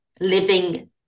living